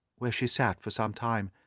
where she sat for some time,